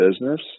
business